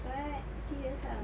what serious ah